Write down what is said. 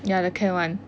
ya the can one